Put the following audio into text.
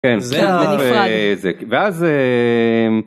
כן, זה ה... זה נפרד. ואז אה...